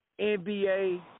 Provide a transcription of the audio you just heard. NBA